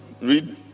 read